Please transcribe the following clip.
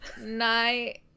Night